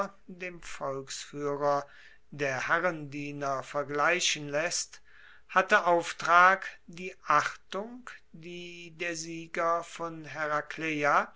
dem volksfuehrer der herrendiener vergleichen laesst hatte auftrag die achtung die der sieger von